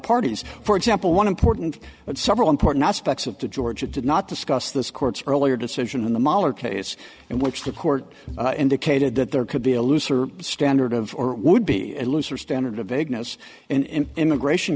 parties for example one important but several important aspects of the georgia did not discuss this court's earlier decision in the mahler case in which the court indicated that there could be a looser standard of or would be a looser standard of vagueness in immigration